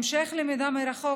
המשך למידה מרחוק,